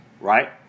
right